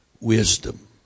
wisdom